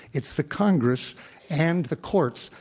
it's the congress and the courts,